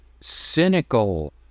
cynical